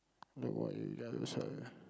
nobody